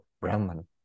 Brahman